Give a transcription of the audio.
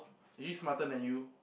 is she smarter than you